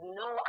no